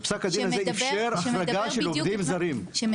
ופסק הדין הזה אפשר החרגה של עובדים זרים.